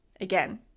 Again